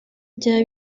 byaba